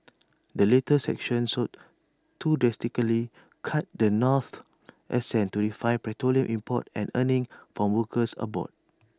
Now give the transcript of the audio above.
the latest sanctions sought to drastically cut the North's access to refined petroleum imports and earnings from workers abroad